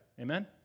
Amen